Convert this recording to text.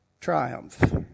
triumph